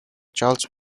charles